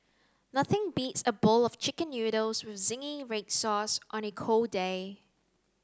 nothing beats a bowl of chicken noodles with zingy red sauce on a cold day